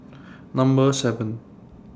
Number seven